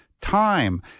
Time